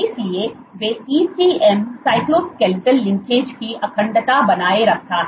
इसलिए वे ECM cytoskeletal linkage की अखंडता बनाए रखते हैं